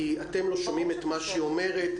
כי אתם לא שומעים את מה שהיא אומרת,